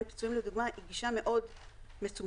פיצויים לדוגמה היא גישה מאוד מצומצמת,